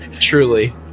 truly